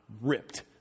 ripped